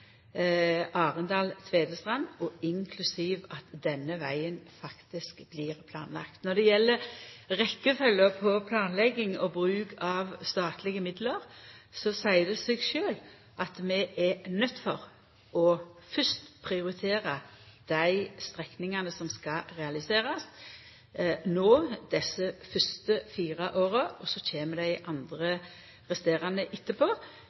inklusiv at denne vegen faktisk blir planlagd. Når det gjeld rekkjefølgja på planlegging og bruk av statlege midlar, seier det seg sjølv at vi er nøydde til fyrst å prioritera dei strekningane som skal realiserast no desse fyrste fire åra, og så kjem dei andre, dei resterande, etterpå.